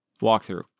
walkthrough